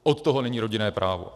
Od toho není rodinné právo.